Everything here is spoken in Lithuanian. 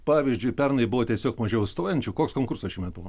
pavyzdžiui pernai buvo tiesiog mažiau stojančių koks konkursas šiemet buvo